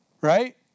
Right